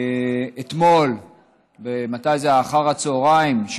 גדולי התורה אתמול אחר הצוהריים,